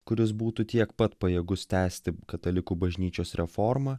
kuris būtų tiek pat pajėgus tęsti katalikų bažnyčios reformą